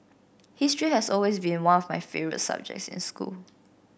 history has always been one of my favourite subjects in school